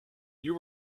you